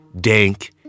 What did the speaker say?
dank